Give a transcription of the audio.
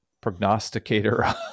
prognosticator